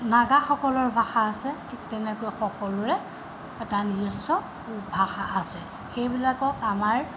নাগাসকলৰ ভাষা আছে ঠিক তেনেকৈ সকলোৰে এটা নিজস্ব ভাষা আছে সেইবিলাকক আমাৰ